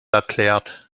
erklärt